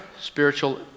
spiritual